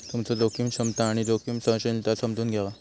तुमचो जोखीम क्षमता आणि जोखीम सहनशीलता समजून घ्यावा